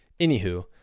anywho